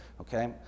okay